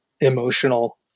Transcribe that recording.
emotional